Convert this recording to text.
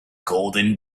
golden